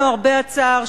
למרבה הצער,